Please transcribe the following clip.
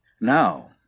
Now